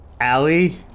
Allie